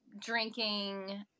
drinking